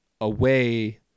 away